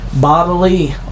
Bodily